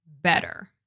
better